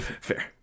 Fair